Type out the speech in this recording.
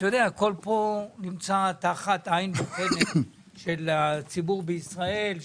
הכול פה נמצא תחת עין בוחנת של הציבור בישראל.